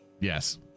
Yes